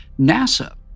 NASA